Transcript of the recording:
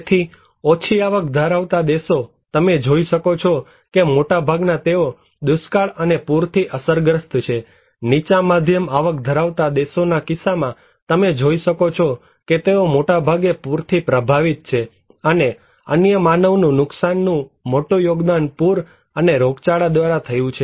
તેથી ઓછી આવક ધરાવતા દેશો તમે જોઈ શકો છો કે મોટાભાગના તેઓ દુષ્કાળ અને પૂરથી અસરગ્રસ્ત છે નીચા મધ્યમ આવક ધરાવતા દેશોના કિસ્સામાં તમે જોઈ શકો છો કે તેઓ મોટાભાગે પૂરથી પ્રભાવિત છે અને અન્ય માનવ નુકસાનનું મોટું યોગદાન પૂર અને રોગચાળા દ્વારા થયું છે